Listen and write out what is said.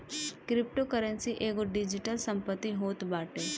cryptocurrency एगो digital संपत्ति होत बाटे